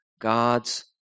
God's